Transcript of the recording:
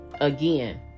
again